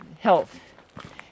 health